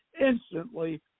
instantly